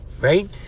Right